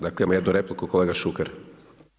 Dakle, imamo jednu repliku, kolega Šuker.